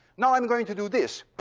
now i'm going to do this.